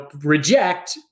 reject